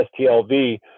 STLV